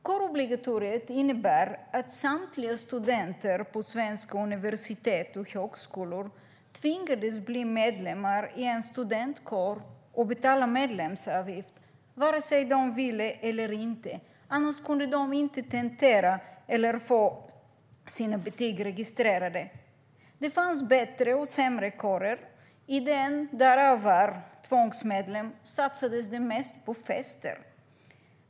Kårobligatoriet innebar att samtliga studenter på svenska universitet och högskolor tvingades bli medlemmar i en studentkår och betala medlemsavgift vare sig de ville eller inte. Annars kunde de inte tentera eller få sina betyg registrerade. Det fanns bättre och sämre kårer. I den jag var tvångsmedlem i satsades det mest på fester.